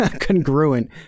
congruent